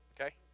okay